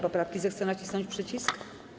poprawki, zechce nacisnąć przycisk.